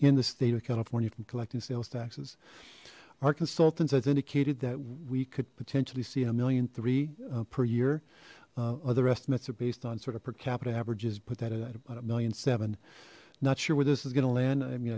in the state of california from collecting sales taxes our consultants has indicated that we could potentially see a million three per year other estimates are based on sort of per capita averages put that at about a million seven not sure where this is gonna land i mean